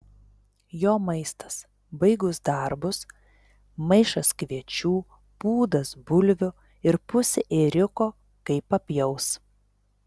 jo maistas baigus darbus maišas kviečių pūdas bulvių ir pusė ėriuko kai papjaus